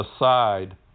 aside